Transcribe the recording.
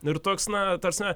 ir toks na ta prasme